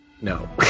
no